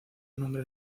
nombres